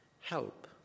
help